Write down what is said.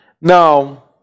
Now